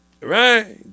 right